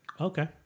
Okay